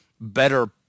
better